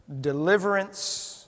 deliverance